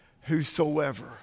whosoever